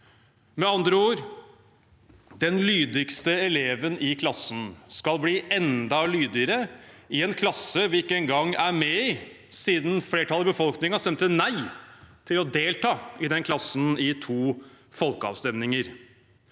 Med andre ord: Den lydigste eleven i klassen skal bli enda lydigere i en klasse vi ikke engang er med i, siden flertallet i befolkningen stemte nei til å delta i den klassen i to folkeavstemninger.